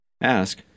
Ask